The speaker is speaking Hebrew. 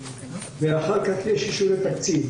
ואחר כך יש אישורי תקציב,